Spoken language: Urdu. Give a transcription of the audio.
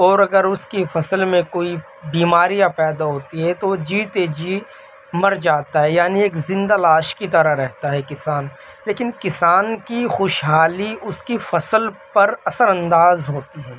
اور اگر اس کی فصل میں کوئی بیماریاں پیدا ہوتی ہے تو جیتے جی مر جاتا ہے یعنی ایک زندہ لاش کی طرح رہتا ہے کسان لیکن کسان کی خوشحالی اس کی فصل پر اثر انداز ہوتی ہے